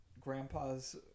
grandpa's